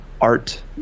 art